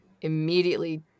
immediately